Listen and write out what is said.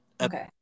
Okay